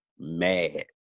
mad